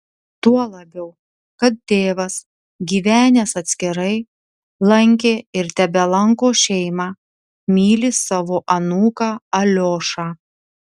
tuo labiau kad tėvas gyvenęs atskirai lankė ir tebelanko šeimą myli savo anūką aliošą